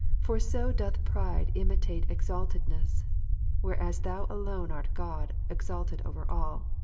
for so doth pride imitate exaltedness whereas thou alone art god exalted over all.